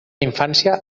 infància